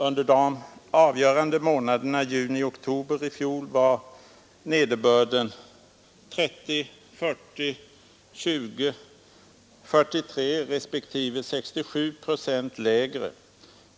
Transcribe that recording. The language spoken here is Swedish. Under de avgörande månaderna juni—-oktober i fjol var nederbörden 30, 40, 20, 43 respektive 67 procent lägre